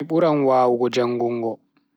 Mi buran wawugo jangungo.